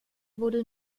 wurde